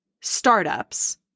startups